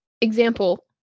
Example